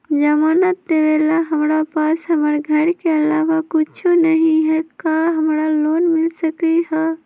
जमानत देवेला हमरा पास हमर घर के अलावा कुछो न ही का हमरा लोन मिल सकई ह?